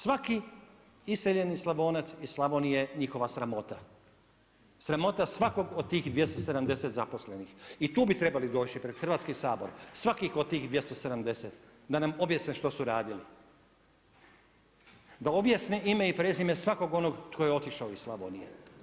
Svaki iseljeni Slavonac iz Slavonije njihova sramota, sramota svakog od tih 270 zaposlenih i tu bi trebali doći pred Hrvatski sabor svakih od tih 270 da nam objasne što su radili, da objasne ime i prezime svakog onog tko je otišao iz Slavonije.